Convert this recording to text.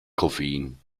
koffein